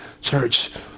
church